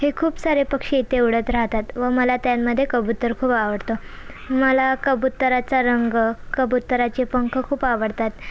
हे खूप सारे पक्षी इथे उडत राहतात व मला त्यामध्ये कबुतर खूप आवडतो मला कबुतराचा रंग कबुतराचे पंख खूप आवडतात